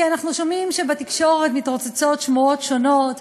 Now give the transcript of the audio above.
כי אנחנו שומעים שבתקשורת מתרוצצות שמועות שונות,